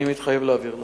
אני מתחייב להעביר לך.